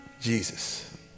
Jesus